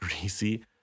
greasy